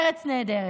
בקיצור: ארץ נהדרת.